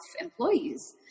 employees